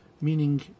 meaning